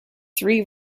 three